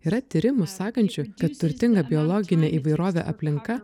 yra tyrimų sakančių kad turtinga biologinė įvairovė aplinka